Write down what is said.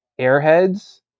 Airheads